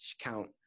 count